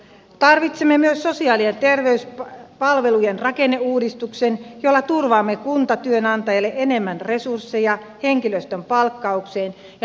tarvitsemme myös sosiaali ja terveyspalvelujen rakenneuudistuksen jolla turvaamme kuntatyönantajalle enemmän resursseja henkilöstön palkkaukseen ja hyvään mitoitukseen